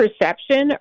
perception